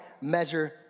measure